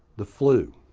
the flu.